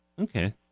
Okay